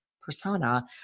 persona